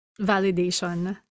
validation